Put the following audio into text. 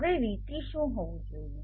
હવે VT શું હોવું જોઈએ